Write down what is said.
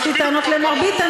יש לי טענות למר ביטן,